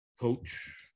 coach